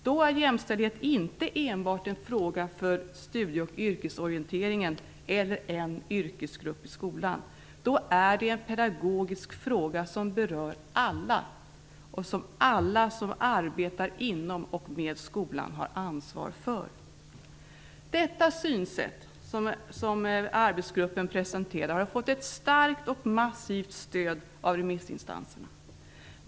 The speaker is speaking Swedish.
Då är jämställdhet inte enbart en fråga för studie och yrkesorienteringen eller en yrkesgrupp i skolan. Då är den en pedagogisk fråga som berör alla och som alla som arbetar inom och med skolan har ansvar för. Detta synsätt, som arbetsgruppen presenterar, har fått ett starkt och massivt stöd från remissinstanserna.